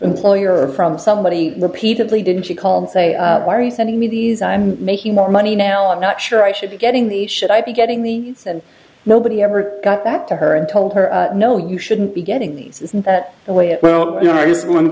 employer or from somebody repeatedly didn't she call and say why are you sending me these i'm making more money now i'm not sure i should be getting these should i be getting the sense nobody ever got back to her and told her no you shouldn't be getting these is that the way it well you know